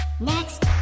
Next